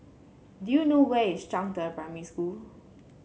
do you know where is Zhangde Primary School